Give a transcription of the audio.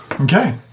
Okay